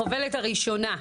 החובלת הראשונה,